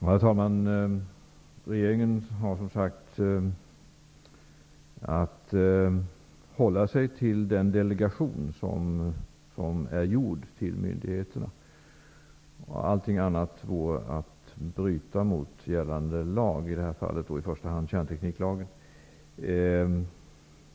Herr talman! Regeringen har som sagt att hålla sig till den delegation som är gjord till myndigheterna. Alla andra sätt skulle innebära ett brott mot lag, i det här fallet i första hand mot kärntekniklagen.